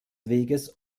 weges